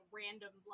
random